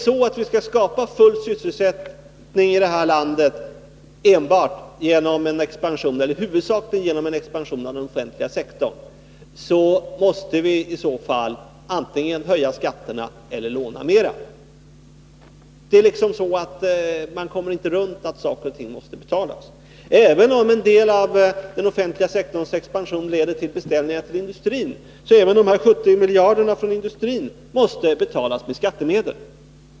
Skall vi skapa full sysselsättning i det här landet huvudsakligen genom en expansion inom den offentliga sektorn, måste vi antingen höja skatterna eller låna mera. Man kommer inte ifrån att saker och ting måste betalas. Även om en del av den offentliga sektorns expansion leder till beställningar inom industrin, måste de här 70 miljarderna betalas med skattemedel.